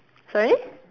sorry